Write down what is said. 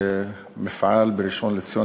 שמפעל "call יכול" בראשון-לציון,